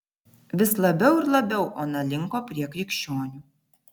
vis labiau ir labiau ona linko prie krikščionių